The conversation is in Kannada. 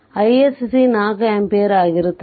ಆದ್ದರಿಂದ isc 4 ಆಂಪಿಯರ್ ಆಗಿರುತ್ತದೆ